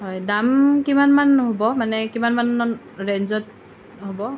হয় দাম কিমানমান হ'ব মানে কিমানমান ৰেঞ্জত হ'ব